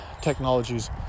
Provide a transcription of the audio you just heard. technologies